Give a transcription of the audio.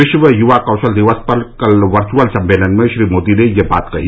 विश्व युवा कौशल दिवस पर कल वर्चुअल सम्मेलन में श्री मोदी ने यह बात कही